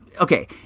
okay